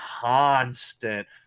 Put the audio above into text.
constant